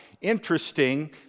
Interesting